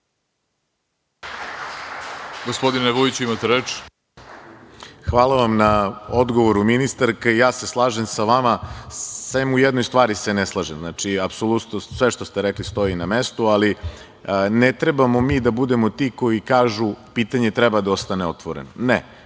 Hvala vam na odgovoru ministarka. Slažem se sa vama, sem u jednoj stvari se ne slažem. Znači, apsolutno sve što ste rekli stoji na mestu, ali ne trebamo mi da budemo ti koji kažu da pitanje treba da ostane otvoreno. Ne,